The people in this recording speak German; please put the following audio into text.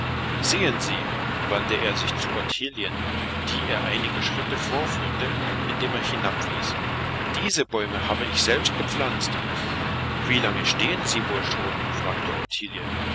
sehen sie wandte er sich zu ottilien die er einige schritte vorführte indem er hinabwies diese bäume habe ich selbst gepflanzt wie lange stehen sie wohl schon fragte